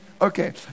okay